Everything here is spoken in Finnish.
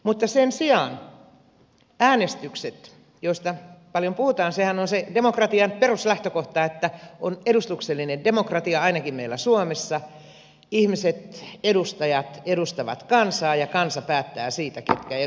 mutta sen sijaan äänestyksissä joista paljon puhutaan sehän on se demokratian peruslähtökohta ainakin meillä suomessa että on edustuksellinen demokratia ihmiset edustajat edustavat kansaa ja kansa päättää siitä ketkä edustavat